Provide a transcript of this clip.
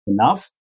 enough